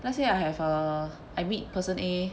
let's say I have uh I meet person A